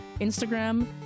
Instagram